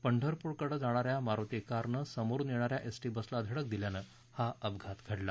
पंढरपूरकडे जाणा या मारुती कारनं समोरुन येणा या एसटी बसला धडक दिल्यानं हा अपघात घडला